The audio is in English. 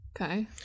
Okay